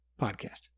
podcast